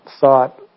thought